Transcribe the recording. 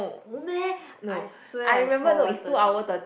no meh I swear I saw one thirty